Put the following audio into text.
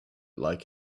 like